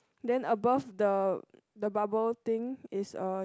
then above the the bubble thing is a